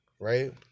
right